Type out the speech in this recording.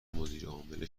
مدیرعامل